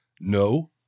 No